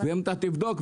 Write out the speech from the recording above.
ואם אתה תבדוק,